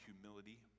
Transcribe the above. humility